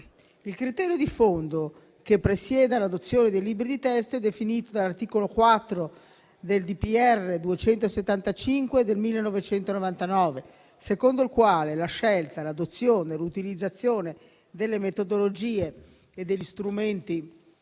Il criterio di fondo che presiede all'adozione dei libri di testo è definito dall'articolo 4 del DPR n. 275 del 1999, secondo il quale la scelta, l'adozione e l'utilizzazione delle metodologie e degli strumenti